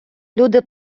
люди